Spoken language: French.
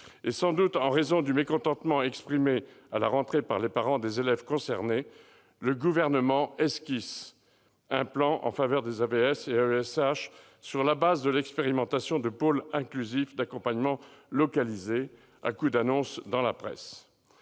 sans doute en raison du mécontentement exprimé à la rentrée par les parents des élèves concernés, le Gouvernement esquisse un plan en faveur des AVS et des AESH sur la base de l'expérimentation de pôles inclusifs d'accompagnement localisés, à coup d'annonces dans la presse.